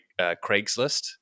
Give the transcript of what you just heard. Craigslist